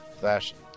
fashion